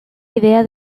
idea